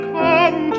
come